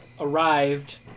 arrived